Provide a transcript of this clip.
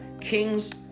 King's